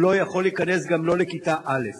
הוא לא יכול להיכנס גם לכיתה א'.